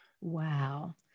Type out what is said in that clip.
Wow